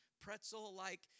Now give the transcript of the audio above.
pretzel-like